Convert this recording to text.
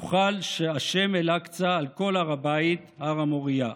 הוחל השם "אל-אקצא" על כל הר הבית, הר המוריה.